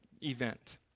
event